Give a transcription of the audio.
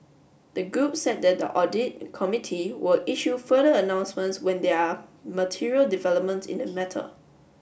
the group said that the audit committee will issue further announcements when there are material developments in the matter